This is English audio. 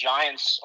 Giants